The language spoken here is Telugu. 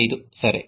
5 సరే